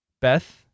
Beth